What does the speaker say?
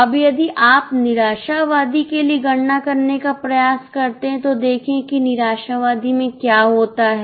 अब यदि आप निराशावादी के लिए गणना करने का प्रयास करते हैं तो देखें कि निराशावादी में क्या होता है